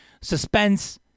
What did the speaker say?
suspense